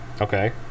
Okay